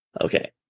Okay